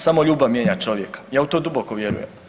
Samo ljubav mijenja čovjeka, ja u to duboko vjerujem.